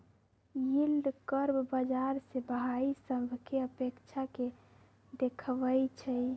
yield curve बाजार से भाइ सभकें अपेक्षा के देखबइ छइ